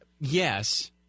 yes